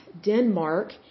Denmark